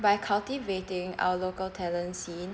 by cultivating our local talent scene